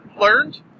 learned